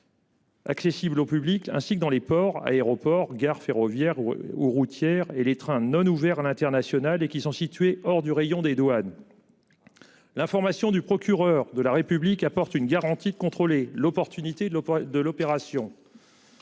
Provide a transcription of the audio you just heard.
Accessible au public, ainsi que dans les ports, aéroports, gares ferroviaires ou routières et les trains non ouverts à l'international et qui sont situés hors du rayon des douanes. L'information du procureur de la République apporte une garantie de contrôler l'opportunité de le, de l'opération.